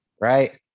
right